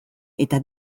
eta